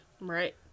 Right